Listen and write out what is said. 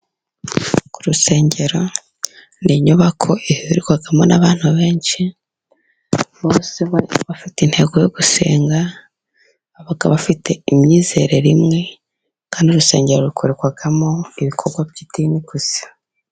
Ku rusengero, ni inyubako ihurirwamo n'abantu benshi, bose bafite intego yo gusenga, baba bafite imyizerere imwe, kandi urusengero rukorerwamo ibikorwa by'idini gusa.